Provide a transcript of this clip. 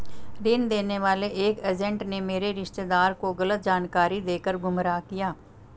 ऋण देने वाले एक एजेंट ने मेरे रिश्तेदार को गलत जानकारी देकर गुमराह किया